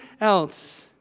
else